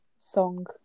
song